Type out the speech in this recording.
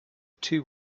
two